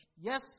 Yes